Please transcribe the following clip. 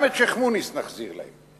גם את שיח'-מוניס נחזיר להם.